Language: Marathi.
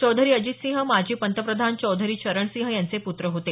चौधरी अजित सिंह माजी पंतप्रधान चौधरी चरण सिंह यांचे पूत्र होत